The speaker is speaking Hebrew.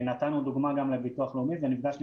נתנו דוגמה גם לביטוח הלאומי ונפגשנו